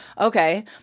okay